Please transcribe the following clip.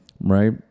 right